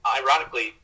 ironically